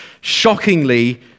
shockingly